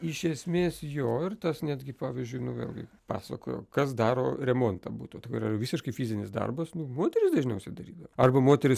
iš esmės jo ir tas netgi pavyzdžiui nu vėlgi pasakojo kas daro remontą buto visiškai fizinis darbas moterys dažniausiai darydavo arba moterys